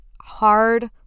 Hard